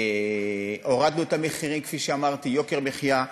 הורדנו את המחירים, כפי שאמרתי, יוקר מחיה.